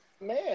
man